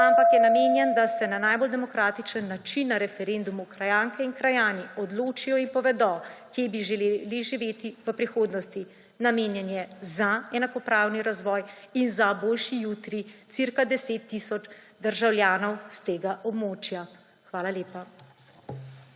ampak je namenjen, da se na najbolj demokratičen način na referendumu krajanke in krajani odločijo in povedo, kje bi želeli živeti v prihodnosti. Namenjen je za enakopravni razvoj in za boljši jutri cirka 10 tisoč državljanov s tega območja. Hvala lepa.